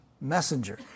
messenger